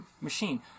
machine